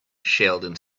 sheldon